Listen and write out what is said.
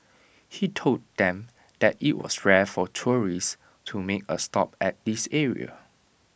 he told them that IT was rare for tourists to make A stop at this area